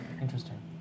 Interesting